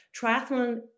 triathlon